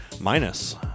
Minus